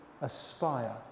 aspire